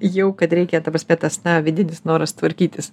jau kad reikia ta prasme tas vidinis noras tvarkytis